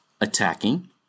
attacking